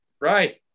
Right